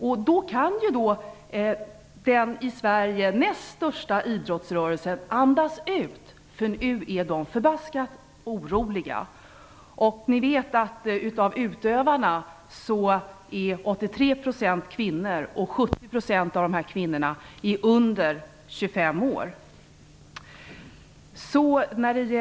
I så fall kan ju den i Sverige näst största idrottsrörelse andas ut, för nu är de förbaskat oroliga. Vi vet att av utövarna är 83 % kvinnor, och 70 % av dessa kvinnor är under 25 år.